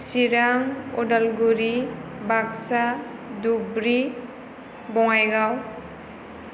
Chirang Udalguri Baksa Dhubri Bongaigaon